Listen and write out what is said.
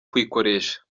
kwikoresha